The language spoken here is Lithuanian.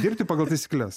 dirbti pagal taisykles